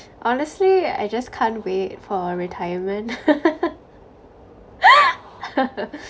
honestly I just can't wait for retirement